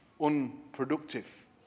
unproductive